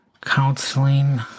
counseling